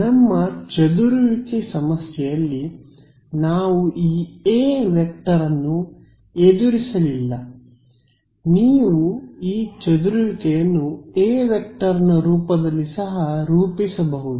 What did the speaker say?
ನಮ್ಮ ಚದುರುವಿಕೆ ಸಮಸ್ಯೆಯಲ್ಲಿ ನಾವು ಈ ಎ ವೆಕ್ಟರ್ ಅನ್ನು ಎದುರಿಸಲಿಲ್ಲ ನೀವು ಈ ಚದುರುವಿಕೆಯನ್ನು ಎ ವೆಕ್ಟರ್ನ ರೂಪದಲ್ಲಿ ಸಹ ರೂಪಿಸಬಹುದು